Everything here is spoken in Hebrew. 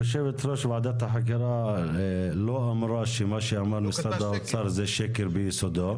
יושבת ראש ועדת החקירה לא אמרה שמה שאמר משרד האוצר זה שקר ביסודו.